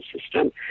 system